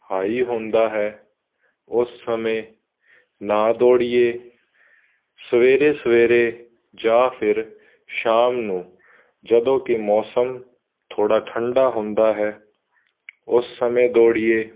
high ਹੁੰਦਾ ਹੈ ਉਸ ਸਮੇਂ ਨਾ ਦੌੜੀਏ ਸਵੇਰੇ ਸਵੇਰੇ ਜਾਂ ਫਿਰ ਸ਼ਾਮ ਨੂੰ ਜਦੋਂ ਕਿ ਮੌਸਮ ਥੋੜ੍ਹਾ ਠੰਡਾ ਹੁੰਦਾ ਹੈ ਉਸ ਸਮੇਂ ਦੌੜੀਏ